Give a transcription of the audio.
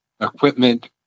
equipment